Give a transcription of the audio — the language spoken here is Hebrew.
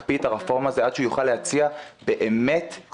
החשובים שהרפורמה הזאת עושה מגיע זנב שבעיניכם הוא זנב שהוא משהו קטן